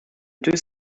deux